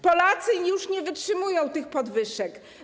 Polacy już nie wytrzymują tych podwyżek.